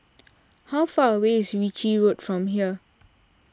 how far away is Ritchie Road from here